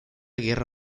guerra